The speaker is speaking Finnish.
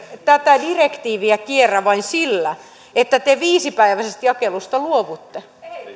tätä direktiiviä kierrä vain sillä että te viisipäiväisestä jakelusta luovutte